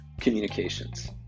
communications